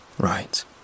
Right